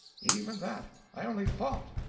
even that. i only thought,